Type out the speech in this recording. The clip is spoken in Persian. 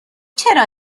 چرا